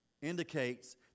indicates